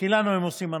כי לנו הם עושים הנחה,